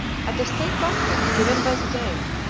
at a state banquet, given by the dey,